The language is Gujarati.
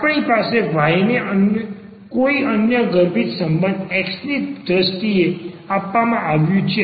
આપણી પાસે y ને કોઈ અન્ય ગર્ભિત સંબંધ x ની દ્રષ્ટિએ આપવામાં આવ્યું છે